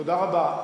תודה רבה.